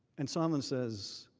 and sondland says,